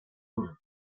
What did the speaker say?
usos